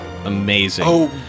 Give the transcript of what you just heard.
Amazing